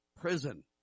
prison